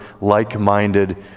like-minded